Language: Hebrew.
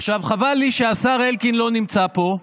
עכשיו חבל לי שהשר אלקין לא נמצא פה,